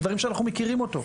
דברים שאנחנו מכירים אותם.